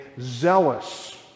zealous